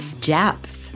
depth